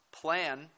plan